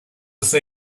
see